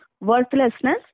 worthlessness